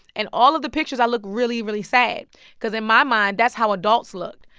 and all of the pictures, i look really, really sad because, in my mind, that's how adults looked.